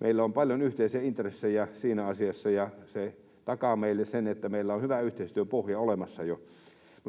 Meillä on paljon yhteisiä intressejä siinä asiassa, ja se takaa meille sen, että meillä on hyvä yhteistyöpohja olemassa jo.